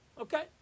Okay